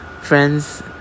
friends